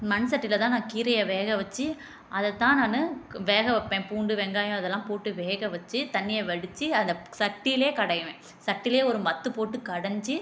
மண் சட்டியில்தான் நான் கீரையை வேக வச்சு அதைத்தான் நான் வேக வைப்பேன் பூண்டு வெங்காயம் இதெலாம் போட்டு வேக வச்சு தண்ணியை வடிச்சு அதை சட்டியில் கடைவேன் சட்டியிலே ஒரு மத்து போட்டு கடைஞ்சி